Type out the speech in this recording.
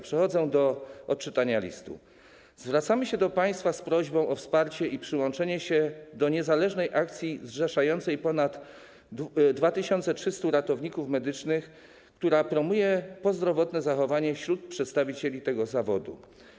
Przechodzę do odczytania listu: Zwracamy się do państwa z prośbą o wsparcie i przyłączenie się do niezależnej akcji zrzeszającej ponad 2300 ratowników medycznych, która promuje prozdrowotne zachowanie wśród przedstawicieli tego zawodu.